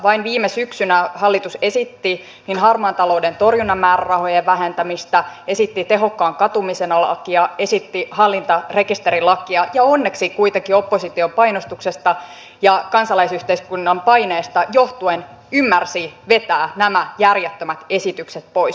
vain viime syksynä hallitus esitti harmaan talouden torjunnan määrärahojen vähentämistä esitti tehokkaan katumisen lakia esitti hallintarekisterilakia ja onneksi kuitenkin opposition painostuksesta ja kansalaisyhteiskunnan paineesta johtuen ymmärsi vetää nämä järjettömät esitykset pois